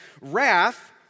Wrath